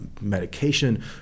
medication